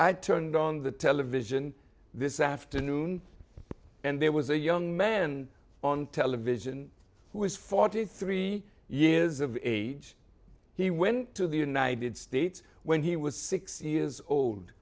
i turned on the television this afternoon and there was a young man on television who is forty three years of age he went to the united states when he was six years old